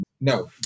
No